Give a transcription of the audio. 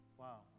wow